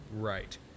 Right